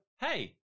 hey